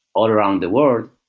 all around the world,